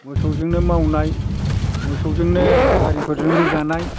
मोसौजोंनो मावनाय मोसौजोंनो गारिफोरजों रोगानाय